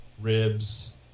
ribs